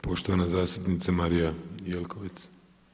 Poštovana zastupnica Marija Jelkovac.